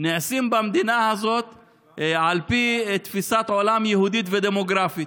נעשים במדינה הזאת על פי תפיסת עולם יהודית ודמוגרפית.